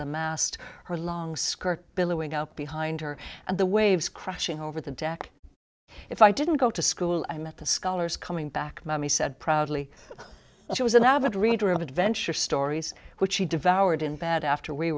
the mast her long skirt billowing up behind her and the waves crashing over the deck if i didn't go to school i met the scholars coming back he said proudly she was an avid reader of adventure stories which she devoured in bed after we